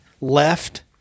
left